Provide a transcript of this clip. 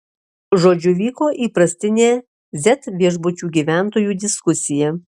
žodžiu vyko įprastinė z viešbučio gyventojų diskusija